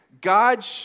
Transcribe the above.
God